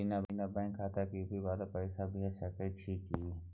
बिना बैंक खाता के यु.पी.आई वाला के पैसा भेज सकै छिए की?